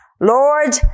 Lord